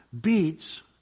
beats